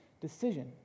decision